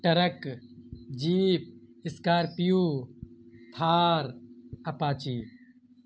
truck jeep scorpio Thar apache